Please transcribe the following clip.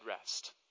rest